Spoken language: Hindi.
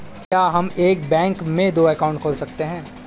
क्या हम एक बैंक में दो अकाउंट खोल सकते हैं?